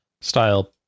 style